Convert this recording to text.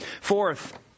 Fourth